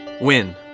win